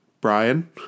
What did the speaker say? Brian